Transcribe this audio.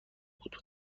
بود